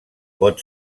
pot